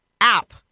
app